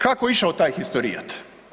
Kako je išao taj historijat?